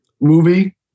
movie